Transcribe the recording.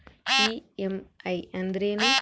EMI ಅಂದ್ರೇನು?